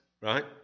Right